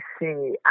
see